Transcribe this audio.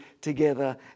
together